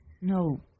No